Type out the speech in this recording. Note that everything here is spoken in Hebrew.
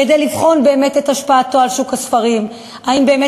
כדי לבחון באמת את השפעתו על שוק הספרים: האם באמת